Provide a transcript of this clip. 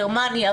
גרמניה,